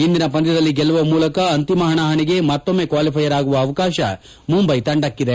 ಇಂದಿನ ಪಂದ್ಕದಲ್ಲಿ ಗೆಲ್ಲುವ ಮೂಲಕ ಅಂತಿಮ ಪಣಾಪಣಿಗೆ ಮತ್ತೊಮ್ಮೆ ಕ್ವಾಲಿಫೈಯರ್ ಆಗುವ ಅವಕಾಶ ಮುಂಬೈ ತಂಡಕ್ಕಿದೆ